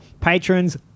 patrons